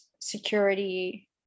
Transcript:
security